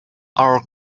our